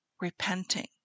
repenting